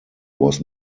was